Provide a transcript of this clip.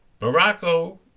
Morocco